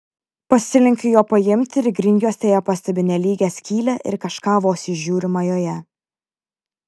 pasilenkiu jo paimti ir grindjuostėje pastebiu nelygią skylę ir kažką vos įžiūrima joje